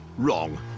wrong.